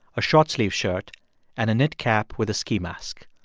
a short-sleeved shirt and a knit cap with a ski mask.